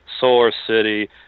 SolarCity